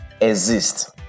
exist